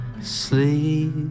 Sleep